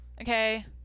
Okay